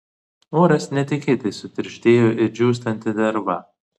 oras netikėtai sutirštėjo it džiūstanti derva